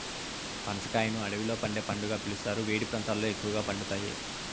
పనస కాయను అడవిలో పండే పండుగా పిలుస్తారు, వేడి ప్రాంతాలలో ఎక్కువగా పండుతాయి